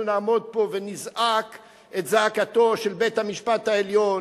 נעמוד פה ונזעק את זעקתם של בית-המשפט העליון,